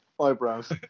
Eyebrows